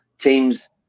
teams